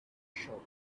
shovel